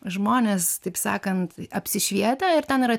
žmonės taip sakant apsišvietę ir ten yra